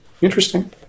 interesting